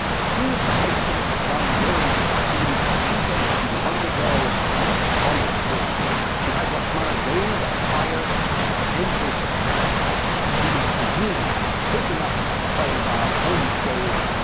to prove her faithfulness to rama during captivity, she says she will undergo a fire ordeal she has lakshmana raise a pire and enters the flames she is immediately taken up by the fire god, unscathed,